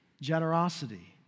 Generosity